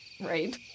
Right